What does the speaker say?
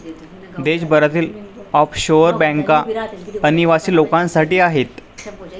देशभरातील ऑफशोअर बँका अनिवासी लोकांसाठी आहेत